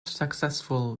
successful